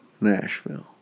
Nashville